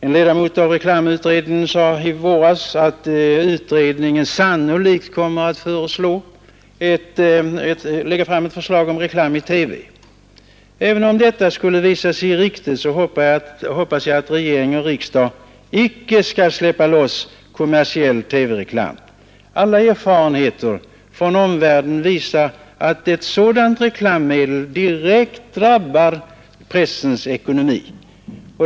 En ledamot i reklamutredningen sade i våras att utredningen sannolikt kommer att lägga fram ett förslag om reklam i TV. Även om detta skulle visa sig vara riktigt hoppas jag att regering och riksdag icke skall släppa loss kommersiell TV-reklam. Alla erfarenheter från omvärlden visar att ett sådant reklammedel direkt drabbar pressens ekonomi.